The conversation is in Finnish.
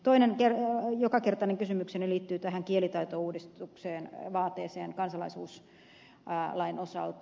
toinen jokakertainen kysymykseni liittyy tähän kielitaitouudistuksen vaateeseen kansalaisuuslain osalta